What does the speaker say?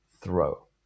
throw